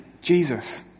Jesus